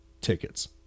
tickets